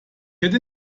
hätte